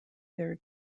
their